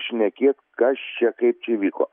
šnekėt kas čia kaip čia vyko